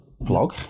Vlog